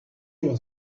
was